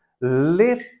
live